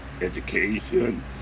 education